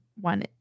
one